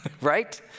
right